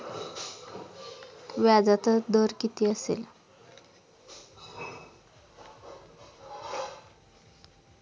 व्याजाचा दर किती असेल?